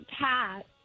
Pat